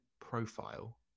profile